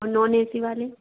और non A C वाले